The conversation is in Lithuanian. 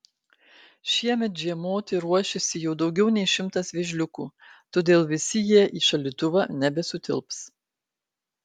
šiemet žiemoti ruošiasi jau daugiau nei šimtas vėžliukų todėl visi jie į šaldytuvą nebesutilps